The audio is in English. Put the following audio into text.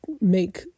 make